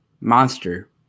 monster